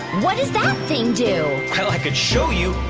what does that thing do? well, i could show you,